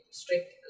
strict